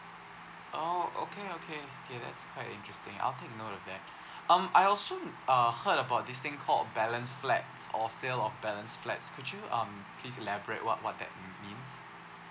oh okay okay okay that's quite interesting I'll take note of that um I also uh heard about this thing called balance flat or sale of balance flats could you um please elaborate what what that means